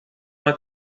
uma